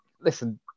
listen